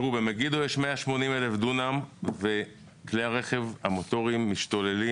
במגידו יש 180,000 דונם וכלי הרכב המוטוריים משתוללים.